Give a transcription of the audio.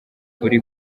uri